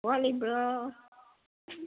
ꯋꯥꯠꯂꯤꯕ꯭ꯔꯣ